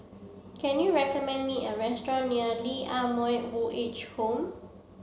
can you recommend me a restaurant near Lee Ah Mooi Old Age Home